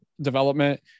development